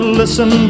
listen